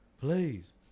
Please